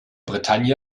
bretagne